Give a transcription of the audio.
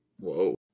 Whoa